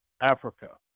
africa